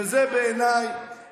וזה מאוד מאוד